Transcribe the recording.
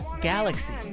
galaxy